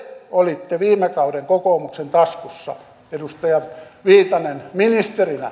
te olitte viime kauden kokoomuksen taskussa edustaja viitanen ministerinä